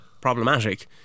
problematic